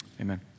Amen